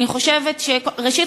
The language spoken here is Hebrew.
ראשית,